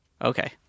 Okay